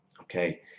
Okay